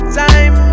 time